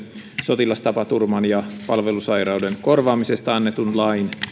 sotilastapaturman ja palvelussairauden korvaamisesta annetun lain